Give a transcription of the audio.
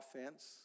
offense